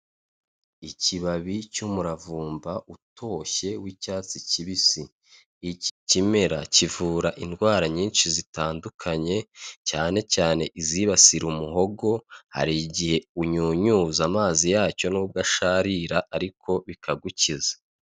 Ikibabi cy'umuravumba utoshye w'icyatsi kibisi, iki kimera kivura indwara nyinshi zitandukanye cyane cyane izibasira umuhogo, hari igihe unyunyuza amazi yacyo n'ubwo asharira ariko bikagukiza.